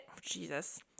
jesus